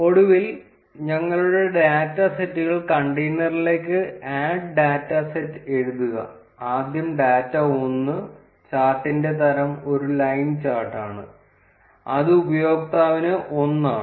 ഒടുവിൽ ഞങ്ങളുടെ ഡാറ്റ സെറ്റുകൾ കണ്ടെയ്നറിലേക്ക് ആഡ് ഡാറ്റാ സെറ്റ് എഴുതുക ആദ്യം ഡാറ്റ 1 ചാർട്ടിന്റെ തരം ഒരു ലൈൻ ചാർട്ടാണ് അത് ഉപയോക്താവിന് 1 ആണ്